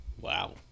wow